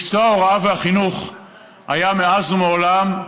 מקצוע ההוראה והחינוך היה מאז ומעולם,